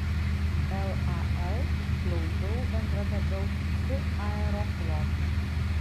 lal glaudžiau bendradarbiaus su aeroflot